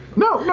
no, no,